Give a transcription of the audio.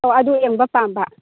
ꯑꯗꯨ ꯌꯦꯡꯕ ꯄꯥꯝꯕ